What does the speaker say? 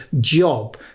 job